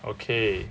okay